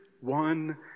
one